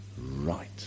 right